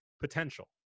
potential